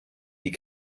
die